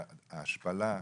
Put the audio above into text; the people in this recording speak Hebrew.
וההשפלה,